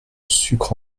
sucre